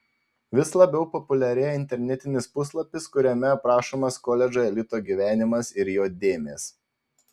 vis labiau populiarėja internetinis puslapis kuriame aprašomas koledžo elito gyvenimas ir jo dėmės